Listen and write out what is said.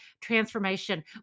transformation